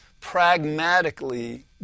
pragmatically